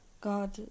God